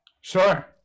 Sure